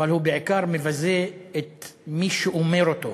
אבל הוא בעיקר מבזה את מי שאומר אותו,